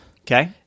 Okay